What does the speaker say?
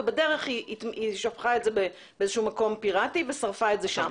ובדרך היא שפכה את זה באיזה שהוא מקום פירטי ושרפה את זה שם.